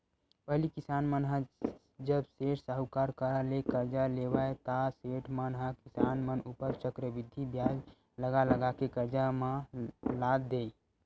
पहिली किसान मन ह जब सेठ, साहूकार करा ले करजा लेवय ता सेठ मन ह किसान मन ऊपर चक्रबृद्धि बियाज लगा लगा के करजा म लाद देय